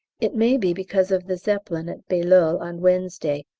it may be because of the zeppelin at bailleul on wednesday,